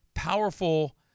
powerful